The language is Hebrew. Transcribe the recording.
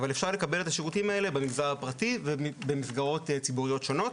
אבל אפשר לקבל את השירותים האלה במגזר הפרטי ובמסגרות ציבוריות שונות.